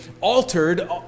altered